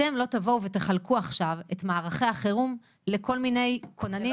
אתם לא תבואו ותחלקו עכשיו את מערכי החירום לכל מיני כוננים,